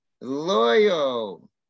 loyal